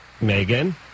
Megan